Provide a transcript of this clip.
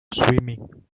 swimming